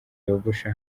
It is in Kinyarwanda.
yogosha